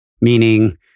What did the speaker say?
meaning